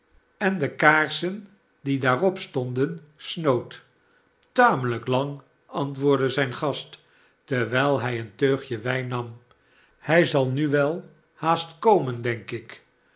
en de kaarsen die daarop stonden snoot tamehjk lang antwoordde ziin gast terwijl hij een teugje wijn nam hjj zal nu wel haast komen denk ik